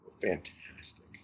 fantastic